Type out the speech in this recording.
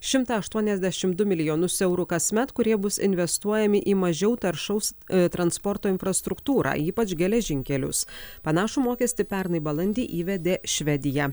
šimtą aštuoniasdešim du milijonus eurų kasmet kurie bus investuojami į mažiau taršaus transporto infrastruktūrą ypač geležinkelius panašų mokestį pernai balandį įvedė švedija